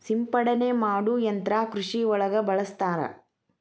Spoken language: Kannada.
ಸಿಂಪಡನೆ ಮಾಡು ಯಂತ್ರಾ ಕೃಷಿ ಒಳಗ ಬಳಸ್ತಾರ